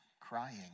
crying